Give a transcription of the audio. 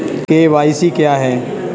KYC क्या है?